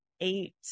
eight